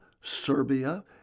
Serbia